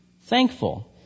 thankful